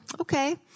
okay